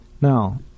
Now